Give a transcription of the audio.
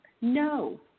no